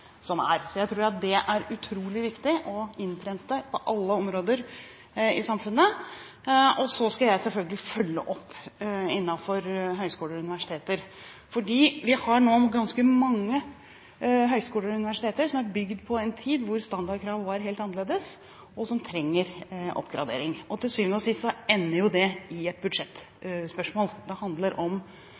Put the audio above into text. som er. Jeg tror det er utrolig viktig å innprente på alle områder i samfunnet. Så skal jeg selvfølgelig følge opp innenfor høyskoler og universiteter. Vi har nå ganske mange høyskoler og universiteter som er bygd på en tid da standardkravet var helt annerledes, og disse trenger oppgradering. Til syvende og sist ender jo det i et budsjettspørsmål. Det handler om